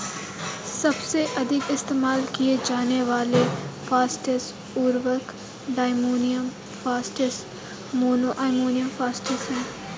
सबसे अधिक इस्तेमाल किए जाने वाले फॉस्फेट उर्वरक diammonium phosphate, mono ammonium phosphate हैं